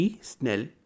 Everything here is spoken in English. Snell